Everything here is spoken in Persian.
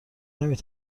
نمی